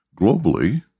Globally